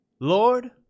Lord